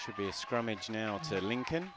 should be a scrimmage now to lincoln